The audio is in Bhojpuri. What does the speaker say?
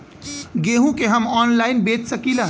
गेहूँ के हम ऑनलाइन बेंच सकी ला?